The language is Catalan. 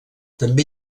també